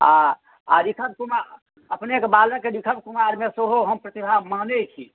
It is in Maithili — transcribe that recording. आ आ ऋषभ कुमार अपनेक बालक ऋषभ कुमार दऽ सेहो हम प्रतिभा मानैत छी